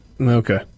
Okay